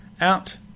out